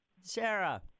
Sarah